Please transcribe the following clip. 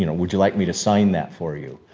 you know would you like me to sign that for you?